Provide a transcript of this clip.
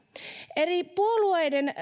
eri puolueiden